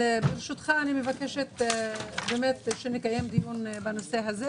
אני מבקשת שנקיים דיון בנושא זה,